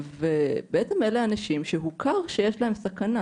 בעצם אלה אנשים שהוכר שיש להם סכנה,